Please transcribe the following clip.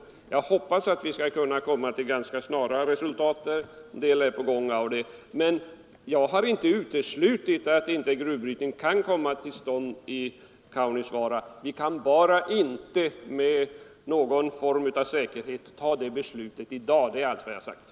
Jag hoppas att vi skall kunna komma till ganska snara resultat — en del projekt är redan på gång där — men jag har inte uteslutit att gruvbrytning kan komma till stånd i Kaunisvaara; vi kan bara inte med någon form av säkerhet fatta det beslutet i dag. Det är allt vad jag har sagt.